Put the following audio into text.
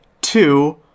two